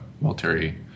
military